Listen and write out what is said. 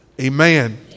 amen